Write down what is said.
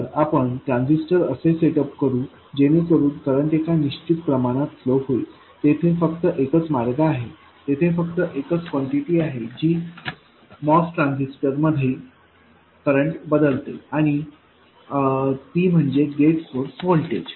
तर आपण ट्रान्झिस्टर असे सेटअप करू जेणेकरून करंट एका निश्चित प्रमाणात फ्लो होईल तेथे फक्त एकच मार्ग आहे तेथे फक्त एकच कॉन्टिटी आहे जी MOS ट्रान्झिस्टर मध्ये करंट बदलते आणि ती म्हणजे गेट सोर्स व्होल्टेज